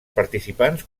participants